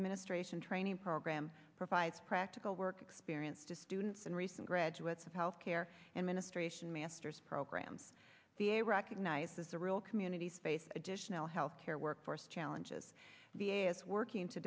administration training program provides practical work experience to students and recent graduates of health care and ministration masters programs be a recognized as a real community space additional health care workforce challenges b a s working to